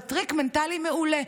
זה טריק מנטלי מעולה,